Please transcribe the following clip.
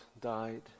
died